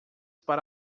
para